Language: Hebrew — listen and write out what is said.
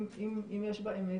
אם יש בה אמת